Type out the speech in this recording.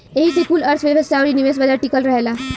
एही से कुल अर्थ्व्यवस्था अउरी निवेश बाजार टिकल रहेला